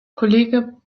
kollege